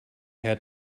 had